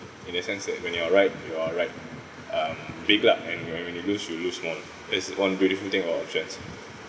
in a sense that when you're right you are right um big lah and you when you when you lose you lose small that's one beautiful thing about options